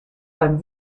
ein